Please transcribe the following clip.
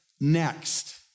next